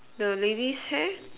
the lady's hair